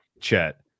chet